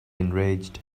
enraged